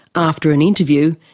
after an interview,